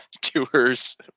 tours